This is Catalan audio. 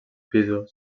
pisos